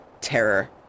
terror